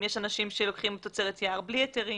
אם יש אנשים שלוקחים תוצרת יער בלי היתרים.